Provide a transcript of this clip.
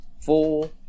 four